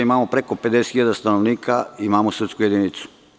Imamo preko 50 hiljada stanovnika, imamo sudsku jedinicu.